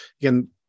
again